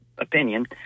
Opinion